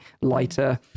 lighter